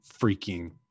freaking